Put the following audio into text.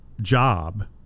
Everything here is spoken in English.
job